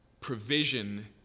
provision